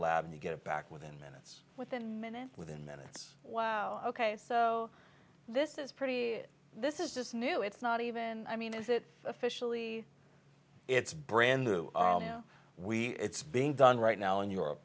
lab and you get it back within minutes within minutes within minutes wow ok so this is pretty it this is just new it's not even i mean is it officially it's brand new we it's being done right now in europe